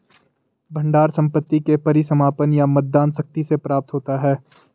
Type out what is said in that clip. भंडार संपत्ति के परिसमापन या मतदान शक्ति से प्राप्त होता है